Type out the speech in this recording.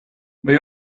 või